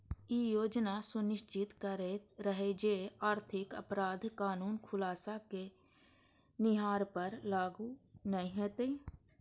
ई योजना सुनिश्चित करैत रहै जे आर्थिक अपराध कानून खुलासा केनिहार पर लागू नै हेतै